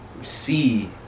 see